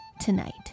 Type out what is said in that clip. tonight